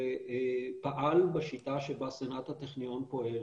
ופעל בשיטה שבה סנאט הטכניון פועל,